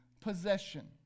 possession